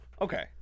Okay